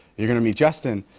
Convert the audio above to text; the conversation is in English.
you're gonna meet justin